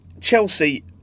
Chelsea